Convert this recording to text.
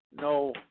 no